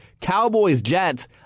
Cowboys-Jets